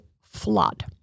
flood